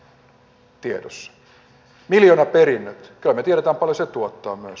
kyllä me tiedämme paljonko se tuottaa myös